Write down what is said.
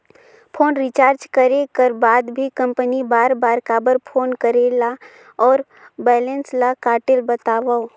Phone recharge करे कर बाद भी कंपनी बार बार काबर फोन करेला और बैलेंस ल काटेल बतावव?